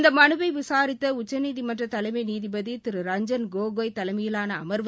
இந்த மனுவை விசாரித்த உச்சநீதிமன்ற தலைமை நீதிபதி ரஞ்சன் கோகோய் தலைமையிலான அர்வு